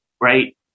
right